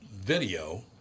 video